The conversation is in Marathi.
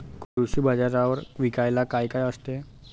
कृषी बाजारावर विकायला काय काय असते?